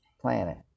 planet